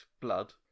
blood